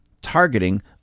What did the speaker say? targeting